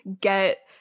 get